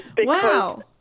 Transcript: Wow